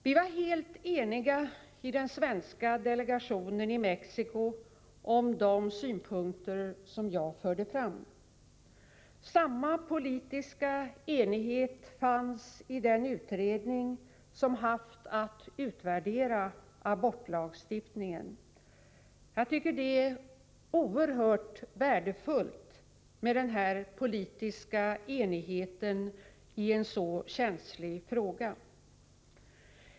Vi var helt eniga i den svenska delegationen i Mexico om de synpunkter jag framförde. Samma politiska enighet fanns i den utredning som haft att utvärdera abortlagstiftningen. Jag tycker att det är oerhört värdefullt med denna politiska enighet i en så känslig fråga.